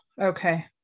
Okay